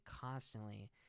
constantly